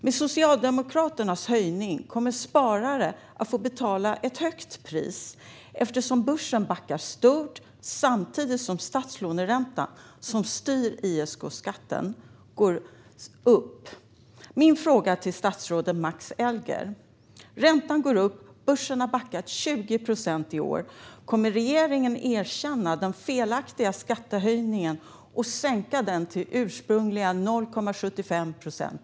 Med Socialdemokraternas höjning kommer sparare att få betala ett högt pris, eftersom börsen backar stort samtidigt som statslåneräntan som styr ISK-skatten går upp. Räntan går upp, och börsen har backat 20 procent i år. Min fråga till statsrådet Max Elger är: Kommer regeringen att erkänna den felaktiga skattehöjningen och sänka skatten till ursprungliga 0,75 procent?